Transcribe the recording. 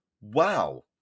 wow